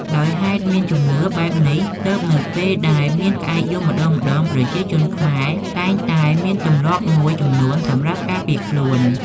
ដោយហេតុមានជំនឿបែបនេះទើបនៅពេលដែលមានក្អែកយំម្តងៗប្រជាជនខ្មែរតែងតែមានទម្លាប់មួយចំនួនសម្រាប់ការពារខ្លួន។